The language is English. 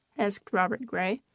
asked robert gray.